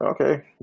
okay